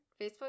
Facebook